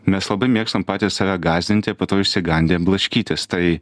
mes labai mėgstam patys save gąsdinti po to išsigandę blaškytis tai